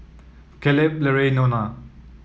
Kaleb Larae Nona